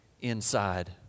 inside